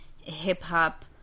hip-hop –